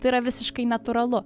tai yra visiškai natūralu